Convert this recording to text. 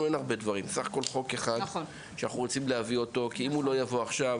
סך הכול חוק אחד שאנחנו רוצים להביא אותו עוד השבוע.